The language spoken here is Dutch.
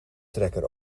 trekker